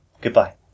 Goodbye